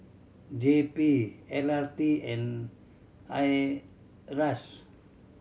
J P L R T and IRAS